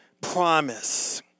promise